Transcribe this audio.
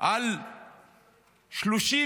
על 37